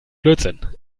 blödsinn